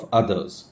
others